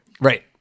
Right